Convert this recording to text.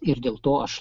ir dėl to aš